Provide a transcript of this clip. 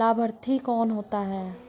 लाभार्थी कौन होता है?